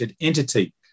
entity